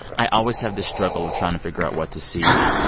i always have this struggle of trying to figure out what to see.